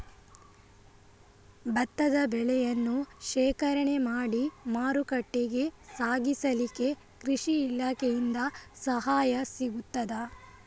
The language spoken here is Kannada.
ಭತ್ತದ ಬೆಳೆಯನ್ನು ಶೇಖರಣೆ ಮಾಡಿ ಮಾರುಕಟ್ಟೆಗೆ ಸಾಗಿಸಲಿಕ್ಕೆ ಕೃಷಿ ಇಲಾಖೆಯಿಂದ ಸಹಾಯ ಸಿಗುತ್ತದಾ?